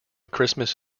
christmas